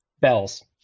bells